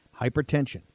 Hypertension